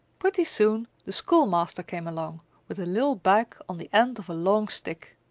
pretty soon the schoolmaster came along with a little bag on the end of a long stick.